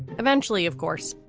eventually, of course,